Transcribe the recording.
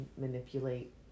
manipulate